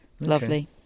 Lovely